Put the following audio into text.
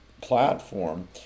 platform